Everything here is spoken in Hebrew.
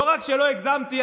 לא רק שלא הגזמתי,